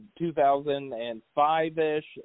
2005-ish